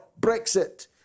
Brexit